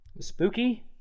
Spooky